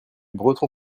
breton